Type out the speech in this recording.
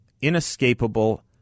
inescapable